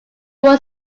was